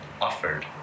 offered